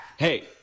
Hey